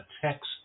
text